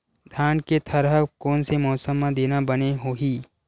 धान के थरहा कोन से मौसम म देना बने होही?